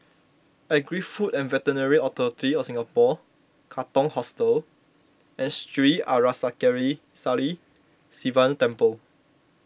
Agri Food and Veterinary Authority of Singapore Katong Hostel and Sri Arasakesari Sivan Temple